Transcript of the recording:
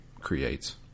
creates